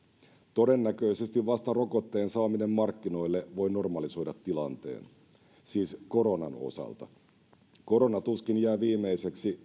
todennäköisesti vasta rokotteen saaminen markkinoille voi normalisoida tilanteen siis koronan osalta korona tuskin jää viimeiseksi